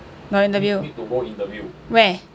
got interview where